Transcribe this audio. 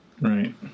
Right